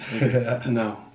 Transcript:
No